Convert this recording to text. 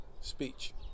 speech